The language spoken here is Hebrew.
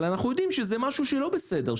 אבל אנחנו יודעים שזה משהו שלא בסדר.